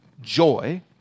joy